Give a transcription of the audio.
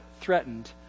threatened